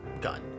gun